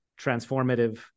transformative